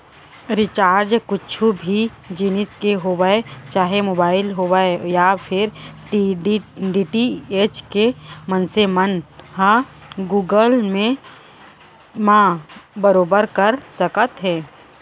recharge कुछु भी जिनिस के होवय चाहे मोबाइल होवय या फेर डी.टी.एच के मनसे मन ह गुगल पे म बरोबर कर सकत हे